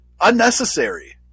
Unnecessary